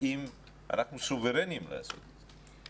האם אנחנו סוברנים לעשות את זה.